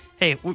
hey